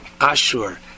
Ashur